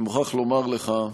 אני מוכרח לומר לך,